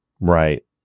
Right